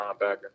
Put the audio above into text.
linebacker